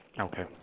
Okay